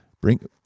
bring